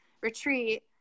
retreat